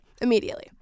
immediately